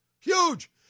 huge